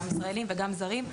גם ישראלים וגם זרים,